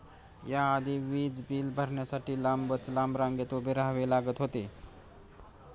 या आधी वीज बिल भरण्यासाठी लांबच लांब रांगेत उभे राहावे लागत होते